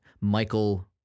Michael